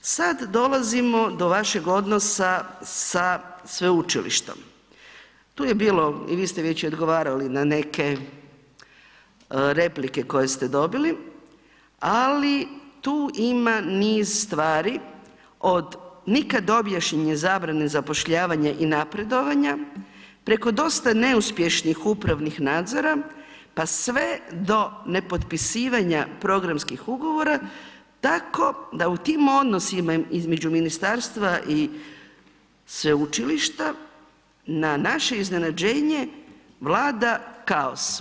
Sada dolazimo do vašeg odnosa sa sveučilištem, tu je bilo i vi ste već i odgovarali na neke replike koje ste dobili, ali tu ima niz stvari od nikad objašnjenje zabrane zapošljavanja i napredovanja, preko dosta neuspješnih upravnih nadzora, pa sve do nepotpisivanja programskih ugovora tako da u tim odnosima između ministarstva i sveučilišta, na naše iznenađenje vlada kaos.